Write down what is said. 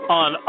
on